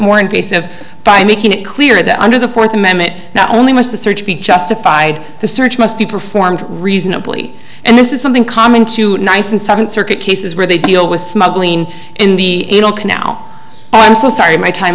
more invasive by making it clear that under the fourth amendment not only must the search be justified the search must be performed reasonably and this is something common to one thousand seven circuit cases where they deal with smuggling in the now i'm so sorry my time